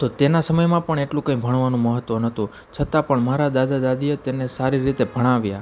તો તેનાં સમયમાં પણ એટલું કંઇ ભણવાનું મહત્વ નહોતું છતાં પણ મારાં દાદા દાદીએ તેમને સારી રીતે ભણાવ્યાં